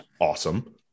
awesome